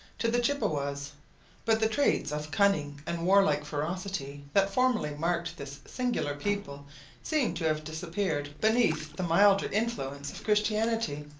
to the chippewas but the traits of cunning and warlike ferocity that formerly marked this singular people seem to have disappeared beneath the milder influence of christianity.